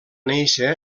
néixer